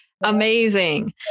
amazing